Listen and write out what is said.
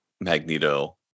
Magneto